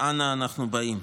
אנה אנו באים?